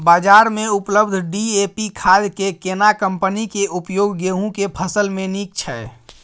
बाजार में उपलब्ध डी.ए.पी खाद के केना कम्पनी के उपयोग गेहूं के फसल में नीक छैय?